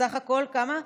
ובסך הכול בעד,